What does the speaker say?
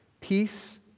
Peace